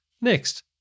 Next